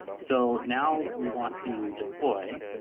so now we want to deploy,